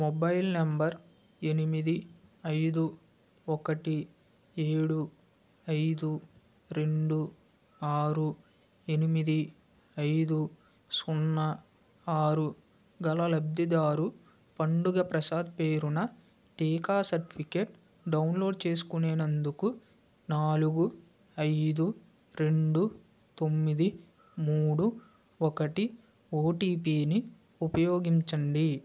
mobile number ఎనిమిది ఐదు ఒకటి ఏడు ఐదు రెండు ఆరు ఎనిమిది ఐదు సున్నా ఆరు గల లబ్ధిదారు పండుగ ప్రసాద్ పేరున టీకా సర్టిఫికేట్ డౌన్లోడ్ చేసుకునేనందుకు నాలుగు ఐదు రెండు తొమ్మిది మూడు ఒకటి ఓటీపీని ఉపయోగించండి